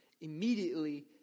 immediately